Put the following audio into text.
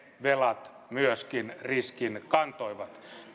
myöskin riskin kantoivat